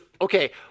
okay